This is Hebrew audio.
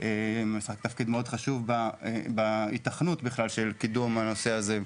משחקים תפקיד מאוד חשוב בהיתכנות של קידום הנושא הזה.